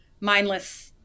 mindless